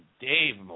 Dave